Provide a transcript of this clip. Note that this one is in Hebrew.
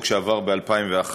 חוק שעבר ב-2011,